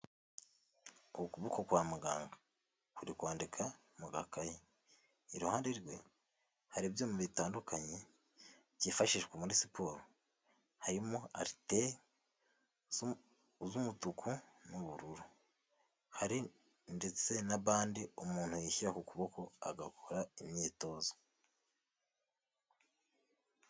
Ukuboko kwa muganga, kuri kwandika mu gakaye, iruhande rwe hari ibyuma bitandukanye, byifashishwa muri siporo, harimo ariteri z'umutuku n'ubururu, hari ndetse na bande umuntu yishyira ku kuboko, agakora imyitozo.